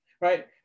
right